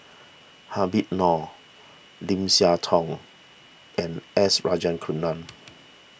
Habib Noh Lim Siah Tong and S Rajaratnam